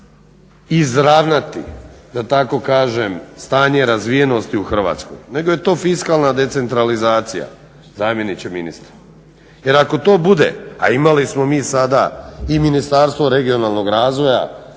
izravnati da tako kažem stanje razvijenosti u Hrvatskoj nego je to fiskalna decentralizacija zamjeniče ministra. Jer ako to bude, a imali smo mi sada i Ministarstvo regionalnog razvoja